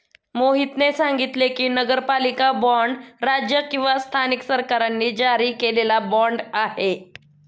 मोहितने सांगितले की, नगरपालिका बाँड राज्य किंवा स्थानिक सरकारांनी जारी केलेला बाँड आहे